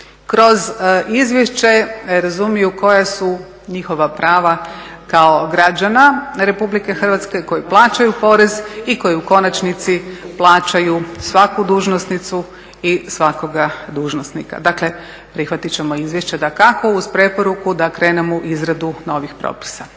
kroz izvješće razumiju koja su njihova prava kao građana Republike Hrvatske koji plaćaju porez i koji u konačnici plaćaju svaku dužnosnicu i svakoga dužnosnika. Dakle prihvatit ćemo izvješće dakako, uz preporuku da krenemo u izradu novih propisa.